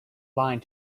line